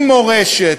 עם מורשת,